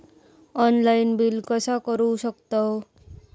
Online bill कसा करु शकतव?